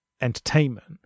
entertainment